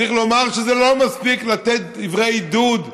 צריך לומר שזה לא מספיק לתת דברי עידוד ומחמאות,